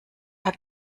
herr